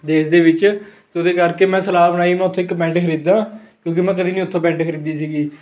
ਦੇਸ਼ ਦੇ ਵਿੱਚ ਅਤੇ ਉਹਦੇ ਕਰਕੇ ਮੈਂ ਸਲਾਹ ਬਣਾਈ ਮੈਂ ਉੱਥੇ ਇੱਕ ਪੈਂਟ ਖਰੀਦਾਂ ਕਿਉਂਕਿ ਮੈਂ ਕਦੀ ਨਹੀਂ ਉੱਥੋਂ ਪੈਂਟ ਖਰੀਦੀ ਸੀਗੀ